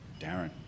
Darren